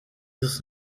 ist